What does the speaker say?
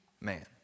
man